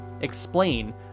explain